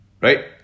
right